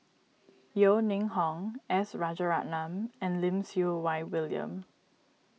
Yeo Ning Hong S Rajaratnam and Lim Siew Wai William